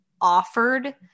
offered